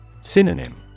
Synonym